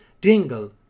Dingle